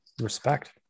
respect